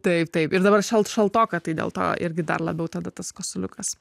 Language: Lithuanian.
taip taip ir dabar šalt šaltoka tai dėl to irgi dar labiau tada tas kosuliukas